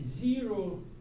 zero